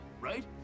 right